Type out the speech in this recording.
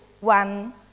one